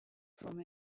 from